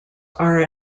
are